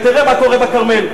ותמשיכו לטמון את הראש בחול.